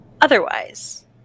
otherwise